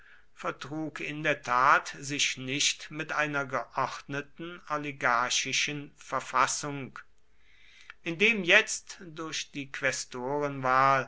vertrug in der tat sich nicht mit einer geordneten oligarchischen verfassung indem jetzt durch die